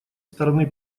стороны